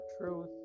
truth